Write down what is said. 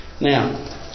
Now